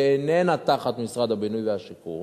שאיננו תחת משרד הבינוי והשיכון,